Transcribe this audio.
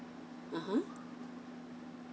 mmhmm